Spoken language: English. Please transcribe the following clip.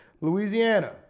Louisiana